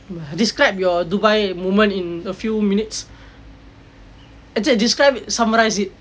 describe your dubai moment in a few minutes I said describe summarize it